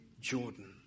Jordan